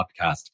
podcast